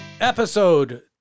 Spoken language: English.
Episode